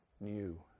new